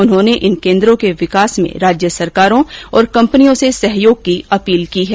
उन्होंने इन केन्द्रों के विकास में राज्य सरकारों और कंपनियों से सहयोग की अपील की है